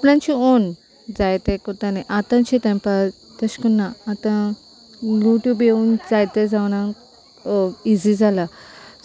आपल्याची ओन जायते कोताले आतांशी तेंपार तशें कोन्ना आतां युट्यूब येवन जायते जावना इजी जाला